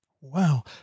Wow